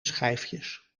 schijfjes